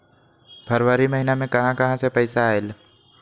फरवरी महिना मे कहा कहा से पैसा आएल?